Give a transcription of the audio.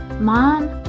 mom